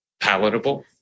palatable